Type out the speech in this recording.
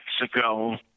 Mexico